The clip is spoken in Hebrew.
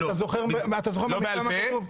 אתה זוכר מה כתוב?